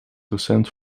recent